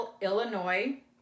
Illinois